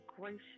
gracious